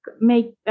make